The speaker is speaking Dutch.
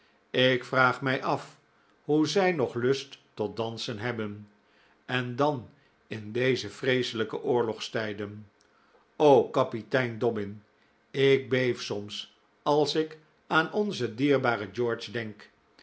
ik vraag mij af hoe zij nog lust tot dansen hebben en dan in deze vreeselijke oorlogstijden o kapitein dobbin ik beef soms als ik aan onzen dierbaren george denk